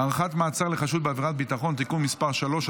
(הארכת מעצר לחשוד בעבירת ביטחון) (תיקון מס' 3),